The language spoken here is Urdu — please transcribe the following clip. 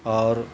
اور